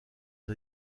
des